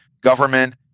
government